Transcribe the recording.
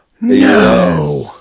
No